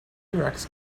rex